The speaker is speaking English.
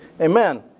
Amen